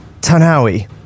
tanawi